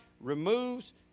removes